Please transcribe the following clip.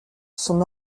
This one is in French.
son